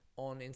On